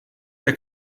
der